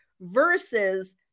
versus